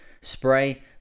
spray